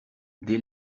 des